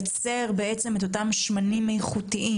לייצר שמנים איכותיים.